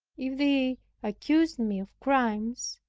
if they accused me of crimes,